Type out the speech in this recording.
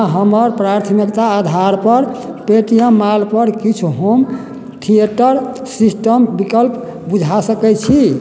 अहाँ हमर प्राथमिकताक आधारपर पेटीएम मालपर किछु होम थिएटर सिस्टम विकल्प बुझा सकय छी